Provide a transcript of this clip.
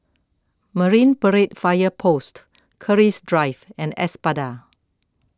Marine Parade Fire Post Keris Drive and Espada